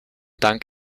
dank